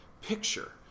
picture